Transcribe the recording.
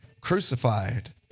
crucified